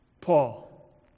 Paul